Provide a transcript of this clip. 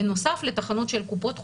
בנוסף לתחנות של קופות חולים,